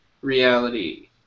reality